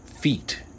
feet